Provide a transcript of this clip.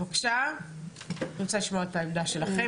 אני רוצה לשמוע את העמדה שלכם.